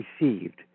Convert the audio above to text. received